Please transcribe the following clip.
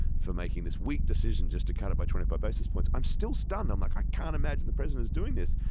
for making this weak decision to cut it by twenty five basis points. i'm still stunned. i'm like, i can't imagine the president is doing this,